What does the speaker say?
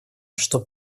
что